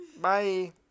Bye